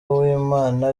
uwimana